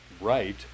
right